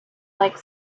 like